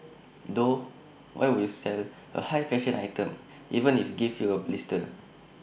though why would you sell A high fashion item even if IT gives you blisters